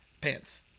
Pants